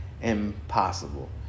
impossible